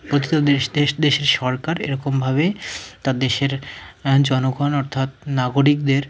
প্রতিটা দেশ দেশ দেশের সরকার এরকমভাবে তার দেশের জনগণ অর্থাৎ নাগরিকদের